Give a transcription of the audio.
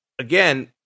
again